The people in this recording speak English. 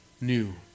new